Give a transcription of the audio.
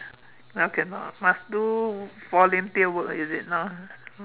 now cannot must do volunteer work is it now